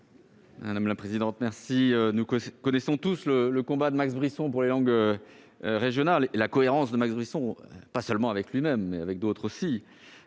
de la culture ? Nous connaissons tous le combat de Max Brisson pour les langues régionales et sa cohérence, pas seulement avec lui-même, mais avec d'autres aussi.